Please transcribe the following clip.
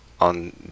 on